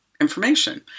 information